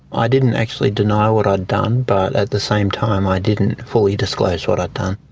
i didn't actually deny what i'd done but at the same time i didn't fully disclose what i'd done.